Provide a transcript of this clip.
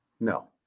no